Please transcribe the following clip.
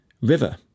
river